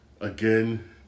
Again